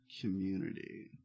community